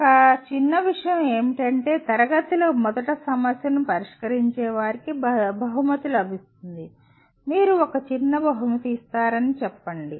ఒక చిన్న విషయం ఏమిటంటే తరగతిలో మొదట సమస్యను పరిష్కరించే వారికి బహుమతి లభిస్తుంది మీరు ఒక చిన్న బహుమతిని ఇస్తారని చెప్పండి